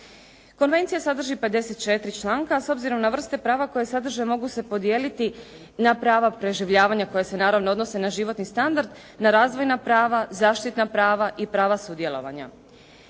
Konvencija sadrži 54 članka, a s obzirom na vrste prava koje sadrže mogu se podijeliti na pravo preživljavanja koja se naravno odnose na životni standard, na razvojna prava, zaštitna prava i prava sudjelovanja.